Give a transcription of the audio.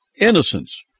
innocence